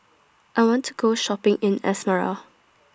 I want to Go Shopping in Asmara